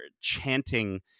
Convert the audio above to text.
chanting